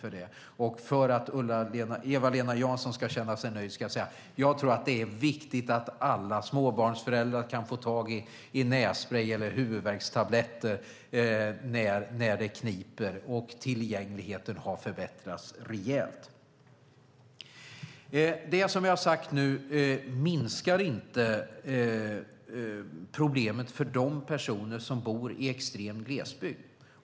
För att Eva-Lena Jansson ska känna sig nöjd ska jag säga att jag tror att det är viktigt att alla småbarnsföräldrar kan få tag i nässprej eller huvudvärkstabletter när det kniper. Tillgängligheten har förbättrats rejält. Det jag nu har sagt minskar inte problemet för de personer som bor i extrem glesbygd.